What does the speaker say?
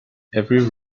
every